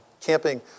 camping